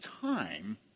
time